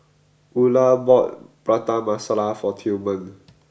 Ula bought Prata Masala for Tillman